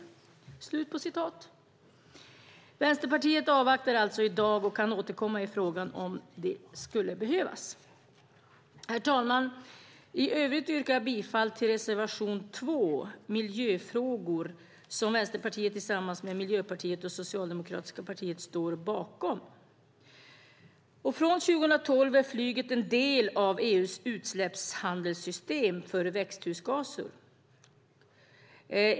Vänsterpartiet avvaktar i dag och kan återkomma i frågan om det behövs. Herr talman! I övrigt yrkar jag bifall till reservation 2, Miljöfrågor, som Vänsterpartiet tillsammans med Miljöpartiet och Socialdemokraterna står bakom. Från 2012 är flyget en del av EU:s utsläppshandelssystem för växthusgaser.